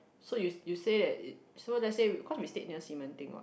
so you you say that it so let's say cause we near Ximending [what]